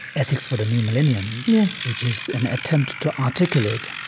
ethics for the new millennium, yes, which is an attempt to articulate